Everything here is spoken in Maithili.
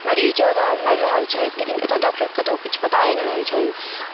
मरीज ओतऽ मरि रहल छथि लेकिन ओतऽ डॉक्टरके कतहु किछु पते नहि रहै छनि